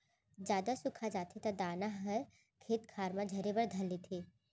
जादा सुखा जाथे त दाना ह खेत खार म झरे बर धर लेथे